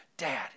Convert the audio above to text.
Dad